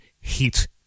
heat